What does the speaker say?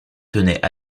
tenait